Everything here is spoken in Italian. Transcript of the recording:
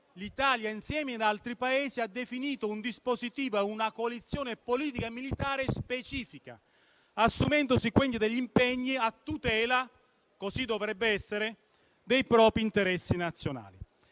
l'Italia, insieme ad altri Paesi, ha definito un dispositivo e una coalizione politica e militare specifica, assumendo quindi degli impegni a tutela - così dovrebbe essere - dei propri interessi nazionali.